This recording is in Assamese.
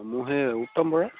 মোৰ সেই উত্তম বৰা